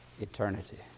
Eternity